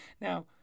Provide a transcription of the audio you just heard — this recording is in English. Now